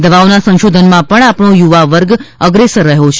દવાઓના સંશોધનમાં પણ આપણો યુવા વર્ગ અગ્રેસર રહ્યો છે